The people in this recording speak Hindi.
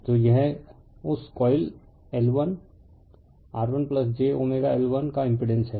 तो यह उस कॉइल L1 R1 j L1का इम्पिड़ेंस है